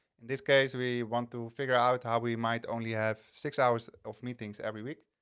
in this case, we want to figure out how we might only have six hours of meetings every week.